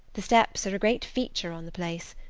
the steps are a great feature on the place.